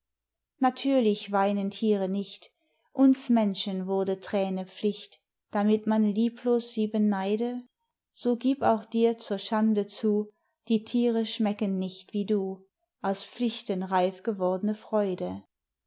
natürlich weinen thiere nicht uns menschen wurde thräne pflicht damit man lieblos sie beneide so gieb auch dir zur schande zu die thiere schmecken nicht wie du aus pflichten reif gewordne freude